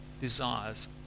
desires